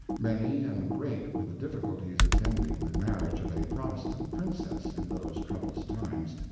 many and great were the difficulties attending the marriage of a protestant princess in those troublous times,